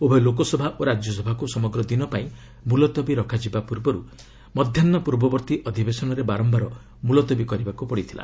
ଉଭୟ ଲୋକସଭା ଓ ରାଜ୍ୟସଭାକୁ ସମଗ୍ର ଦିନ ପାଇଁ ମୁଲତବୀ ରଖାଯିବା ପୂର୍ବରୁ ମଧ୍ୟାହ୍ନ ପୂର୍ବବର୍ତ୍ତି ଅଧିବେଶନରେ ବାରମ୍ଭାର ମୁଲତବୀ ରଖିବାକୁ ପଡ଼ିଥିଲା